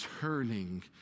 turning